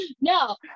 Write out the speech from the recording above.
No